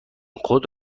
خود